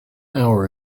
hour